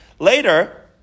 Later